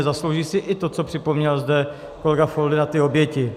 Zaslouží si i to, co připomněl zde kolega Foldyna, ty oběti.